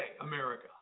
America